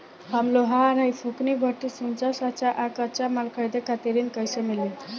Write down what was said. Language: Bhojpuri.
हम लोहार हईं फूंकनी भट्ठी सिंकचा सांचा आ कच्चा माल खरीदे खातिर ऋण कइसे मिली?